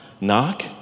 Knock